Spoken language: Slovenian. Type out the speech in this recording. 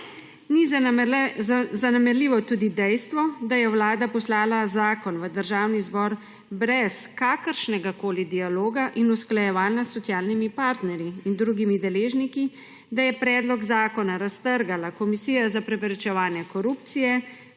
Ni zanemarljivo tudi dejstvo, da je Vlada poslala zakon v Državni zbor brez kakršnegakoli dialoga in usklajevala s socialnimi partnerji in drugimi deležniki, da sta predlog zakona raztrgali Komisija za preprečevanje korupcije